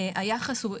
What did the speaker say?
היחס הוא,